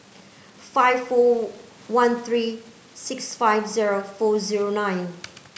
five four one three six five zero four zero nine